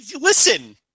listen